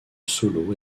solo